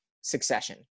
Succession